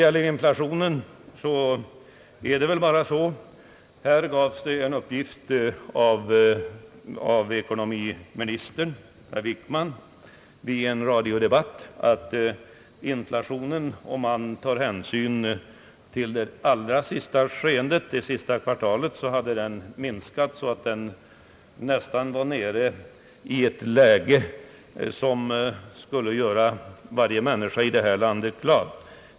Statsrådet Wickman lämnade i en radiodebatt uppgiften att inflationen nästan var nere i ett läge som skulle göra varje människa i detta land glad.